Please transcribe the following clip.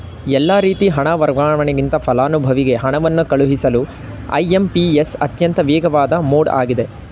ಎಲ್ಲಾ ರೀತಿ ಹಣ ವರ್ಗಾವಣೆಗಿಂತ ಫಲಾನುಭವಿಗೆ ಹಣವನ್ನು ಕಳುಹಿಸಲು ಐ.ಎಂ.ಪಿ.ಎಸ್ ಅತ್ಯಂತ ವೇಗವಾದ ಮೋಡ್ ಆಗಿದೆ